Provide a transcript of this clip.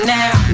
now